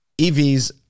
EVs